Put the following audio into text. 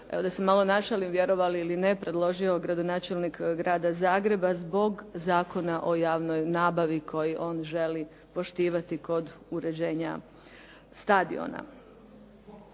evo da se malo našalim, vjerovali ili ne predložio gradonačelnik Grada Zagreba zbog Zakona o javnoj nabavi koji on želi poštivati kod uređenja stadiona.